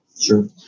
Sure